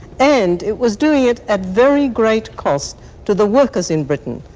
and it was doing it at very great cost to the workers in britain.